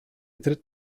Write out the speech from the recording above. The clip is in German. tritt